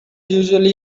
usually